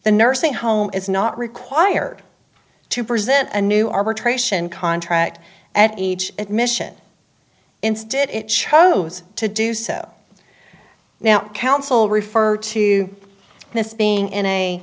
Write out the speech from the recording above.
the nursing home is not required to present a new arbitration contract at each admission instead it chose to do so now counsel refer to this being in a